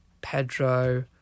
Pedro